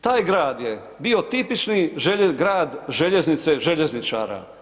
Taj grad je bio tipični grad željeznice, željezničara.